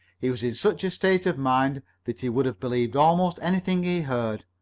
he was in such a state of mind that he would have believed almost anything he heard.